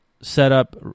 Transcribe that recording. setup